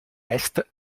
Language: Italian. est